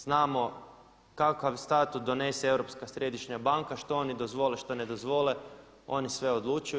Znamo kakav statut donese Europska središnja banka, što oni dozvole, što ne dozvole, oni sve odlučuju.